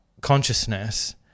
consciousness